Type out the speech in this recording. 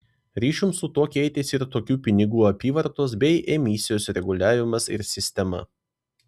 ryšium su tuo keitėsi ir tokių pinigų apyvartos bei emisijos reguliavimas ir sistema